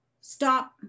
stop